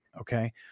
Okay